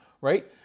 right